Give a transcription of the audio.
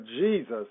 Jesus